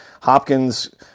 Hopkins